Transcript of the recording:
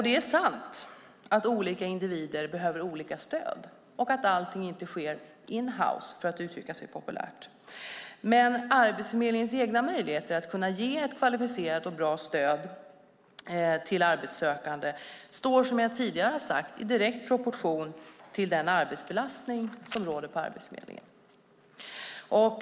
Det är sant att olika individer behöver olika stöd och att allt inte sker in-house, för att uttrycka sig populärt, men Arbetsförmedlingens egna möjligheter att ge ett kvalificerat stöd till arbetssökande står, som jag tidigare har sagt, i direkt proportion till den arbetsbelastning som råder på Arbetsförmedlingen.